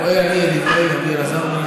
מודה אני, דברי דרבי אלעזר.